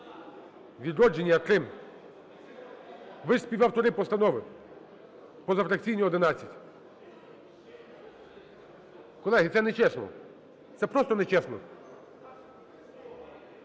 "Відродження" – 3. Ви ж співавтори постанови. Позафракційні – 11. Колеги, це нечесно, це просто нечесно.